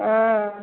ஆ